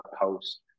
post